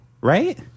right